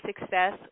success